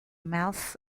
mouth